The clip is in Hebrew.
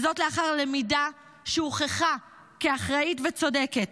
וזאת לאחר למידה שהוכחה כאחראית וצודקת.